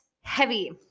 heavy